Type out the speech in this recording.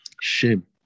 shame